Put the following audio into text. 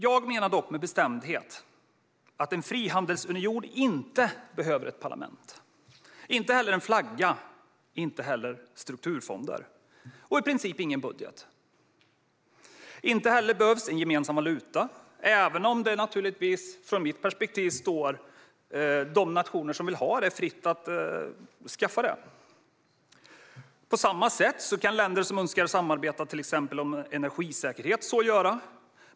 Jag menar dock med bestämdhet att en frihandelsunion inte behöver ett parlament eller en flagga, inte heller strukturfonder och i princip ingen budget. Inte heller behövs en gemensam valuta, även om det naturligtvis från mitt perspektiv står de nationer som vill ha det fritt att skaffa det. På samma sätt kan länder som önskar samarbeta till exempel om energisäkerhet så göra.